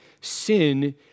Sin